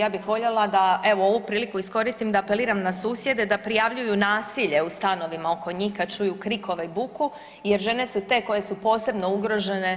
Ja bih voljela da evo ovu priliku iskoristim da apeliram na susjede da prijavljuju nasilje u stanovima oko njih kad čuju krikove i buku, jer žene su te koje su posebno ugrožene